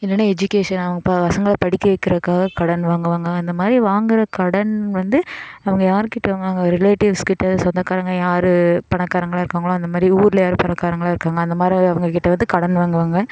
இல்லைன்னா எஜுகேஷன் அவங்க பசங்களை படிக்க வைக்கறதுக்காக கடன் வாங்குவாங்க அந்த மாதிரி வாங்குற கடன் வந்து அவங்க யாருக்கிட்ட வாங்குவாங்க ஒரு ரிலேட்டிவ்ஸ்கிட்ட சொந்தகாரங்க யார் பணக்காரங்களாக இருக்காங்களோ அந்த மாதிரி ஊரில் யார் பணக்காரங்களாக இருக்காங்க அந்த மாதிரி அவங்கக்கிட்ட வந்து கடன் வாங்குவாங்க